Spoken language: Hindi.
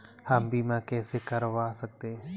हम बीमा कैसे करवा सकते हैं?